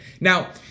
Now